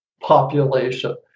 population